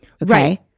Right